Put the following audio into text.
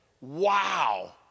wow